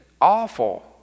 awful